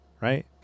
right